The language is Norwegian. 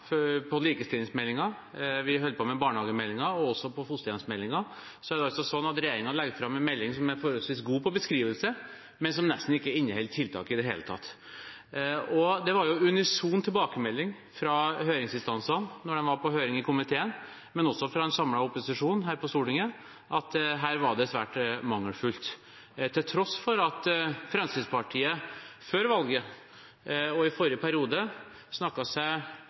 vi holder på med barnehagemeldingen. Når det gjelder fosterhjemsmeldingen, har regjeringen lagt fram en melding som er forholdsvis god på beskrivelse, men som nesten ikke inneholder tiltak i det hele tatt. Det var jo en unison tilbakemelding fra høringsinstansene da de var på høring i komiteen, og også fra en samlet opposisjon her på Stortinget, om at her var det svært mangelfullt, til tross for at Fremskrittspartiet før valget og i forrige periode snakket seg